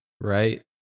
right